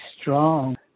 strong